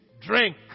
Drink